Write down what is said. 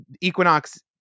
Equinox